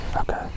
Okay